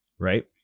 Right